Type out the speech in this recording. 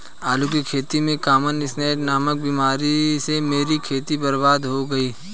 आलू की खेती में कॉमन स्कैब नामक बीमारी से मेरी खेती बर्बाद हो गई